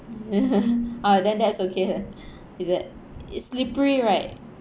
ah then that's okay then is that it's slippery right